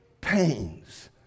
pains